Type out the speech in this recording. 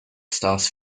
stars